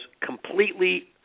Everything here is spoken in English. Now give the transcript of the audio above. completely